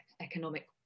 economic